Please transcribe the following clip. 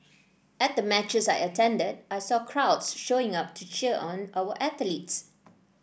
at the matches I attended I saw crowds showing up to cheer on our athletes